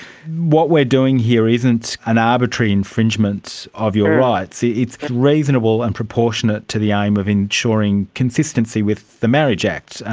what we're doing here isn't an arbitrary infringement of your rights, it is reasonable and proportionate to the aim of ensuring consistency with the marriage act,